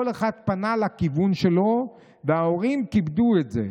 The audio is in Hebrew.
כל אחד פנה לכיוון שלו וההורים כיבדו את זה.